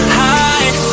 hide